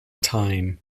time